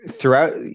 throughout